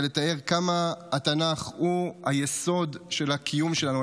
לתאר כמה התנ"ך הוא היסוד של הקיום שלנו.